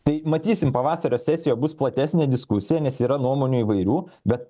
tai matysim pavasario sesijoj bus platesnė diskusija nes yra nuomonių įvairių bet